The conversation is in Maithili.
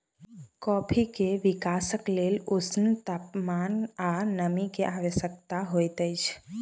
कॉफ़ी के विकासक लेल ऊष्ण तापमान आ नमी के आवश्यकता होइत अछि